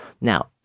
Now